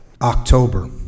October